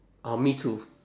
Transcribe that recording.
orh me too